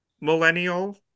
millennial